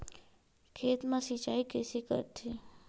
खेत मा सिंचाई कइसे करथे?